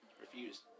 refused